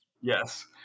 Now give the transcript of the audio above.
Yes